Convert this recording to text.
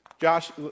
Josh